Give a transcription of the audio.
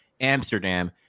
Amsterdam